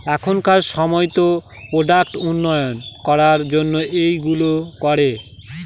এখনকার সময়তো প্রোডাক্ট উন্নত করার জন্য এইগুলো করে